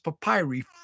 papyri